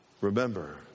Remember